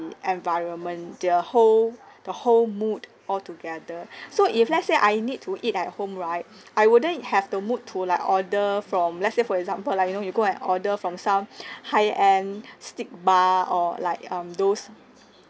environment the whole the whole mood altogether so if let's say I need to eat at home right I wouldn't have the mood to like order from let's say for example like you know you go and order from some high-end steak bar or like um those